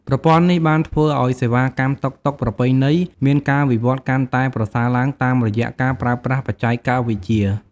ប្រព័ន្ធនេះបានធ្វើឲ្យសេវាកម្មតុកតុកប្រពៃណីមានការវិវត្តន៍កាន់តែប្រសើរឡើងតាមរយៈការប្រើប្រាស់បច្ចេកវិទ្យា។